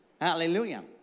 Hallelujah